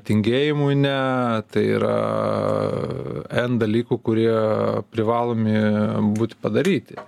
tingėjimui ne tai yra n dalykų kurie privalomi būti padaryti